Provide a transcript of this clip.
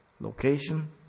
Location